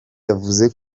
yavuze